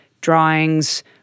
drawings